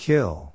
Kill